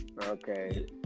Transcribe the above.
Okay